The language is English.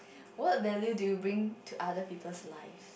what value do you bring to other people's life